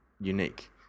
unique